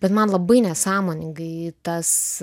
bet man labai nesąmoningai tas